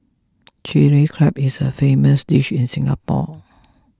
Chilli Crab is a famous dish in Singapore